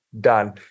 done